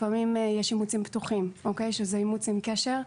לפעמים יש אימוצים פתוחים, שזה אימוץ עם קשר.